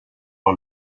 par